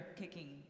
kicking